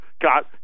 got